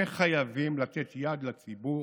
וחייבים לתת יד לציבור,